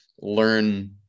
learn